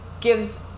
gives